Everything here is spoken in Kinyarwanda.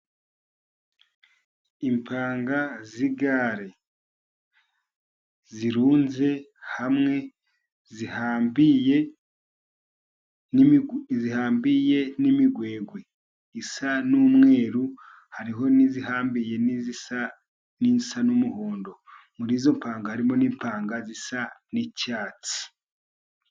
Impanga z'igare. Zirunze hamwe zihambiriye, zihambiriye n'imigwegwe isa n'umweru, hariho n'izihambiriye n'isa n'umuhondo. muri izo mpanga, harimo n'impanga zisa n'icyatsi.